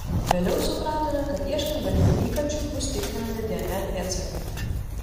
vėliau supratome kad ieškant galimų įkalčių bus tikrinami dnr pėdsakai